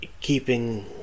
Keeping